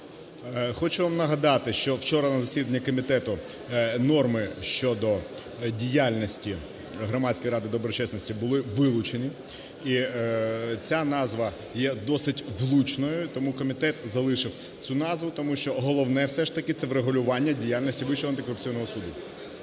Хочу вам нагадати, що вчора на засіданні комітету норми щодо діяльності Громадської ради доброчесності були вилучені, і ця назва є досить влучною. І тому комітет залишив цю назву, тому що головне все ж таки – це врегулювання діяльності Вищого антикорупційного суду.